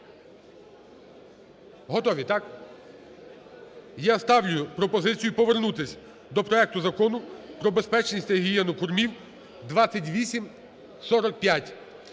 Готові, так? Я ставлю пропозицію повернутися до проекту Закону про безпечність та гігієну кормів (2845).